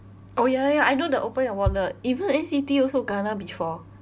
oh ya ya I know the open your wallet even N_C_T also kena before